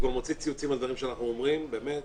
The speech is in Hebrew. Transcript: הוא כבר מוציא ציוצים על דברים שאנחנו אומרים באמת.